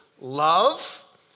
love